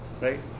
right